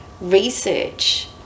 research